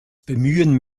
bemühen